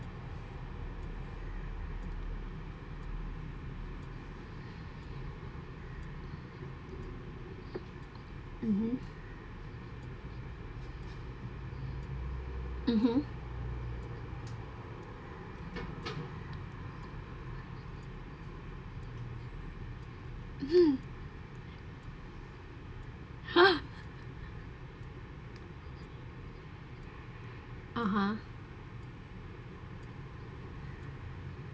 mmhmm mmhmm mmhmm (uh huh)